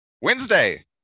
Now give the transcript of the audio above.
Wednesday